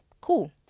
cool